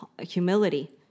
humility